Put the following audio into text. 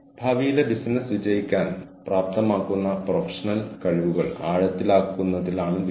247 ഇവിടെയുള്ള ഒരു മുഴുവൻ സാങ്കേതിക ടീമും ഇതിൽ പങ്കാളികളായിട്ടുണ്ട്